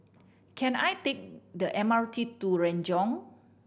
can I take the M R T to Renjong